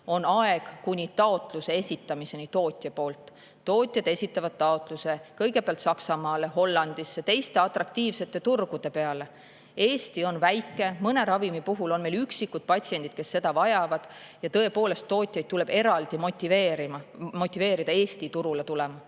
on aeg kuni taotluse esitamiseni tootja poolt. Tootjad esitavad taotluse kõigepealt Saksamaale, Hollandisse, teiste atraktiivsete turgude peale. Eesti on väike, mõne ravimi puhul on meil üksikud patsiendid, kes seda [ravimit] vajavad. Ja tõepoolest, tootjaid tuleb eraldi motiveerida Eesti turule tulema.